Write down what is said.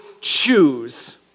choose